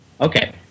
Okay